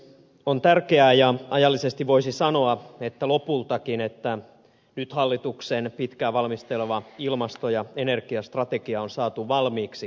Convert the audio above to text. on tärkeää ja ajallisesti voisi sanoa että lopultakin että nyt hallituksen pitkään valmistelema ilmasto ja energiastrategia on saatu valmiiksi